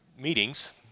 meetings